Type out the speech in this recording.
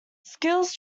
skills